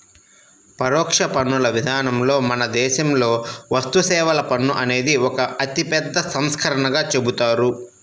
పరోక్ష పన్నుల విధానంలో మన దేశంలో వస్తుసేవల పన్ను అనేది ఒక అతిపెద్ద సంస్కరణగా చెబుతారు